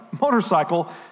motorcycle